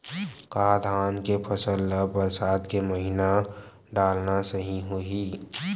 का धान के फसल ल बरसात के महिना डालना सही होही?